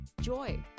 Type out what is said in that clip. joy